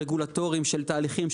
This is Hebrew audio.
רגולטוריים של תהליכים,